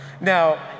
Now